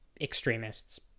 extremists